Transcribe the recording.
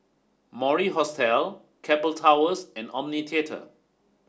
Mori Hostel Keppel Towers and Omni tater